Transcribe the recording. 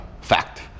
fact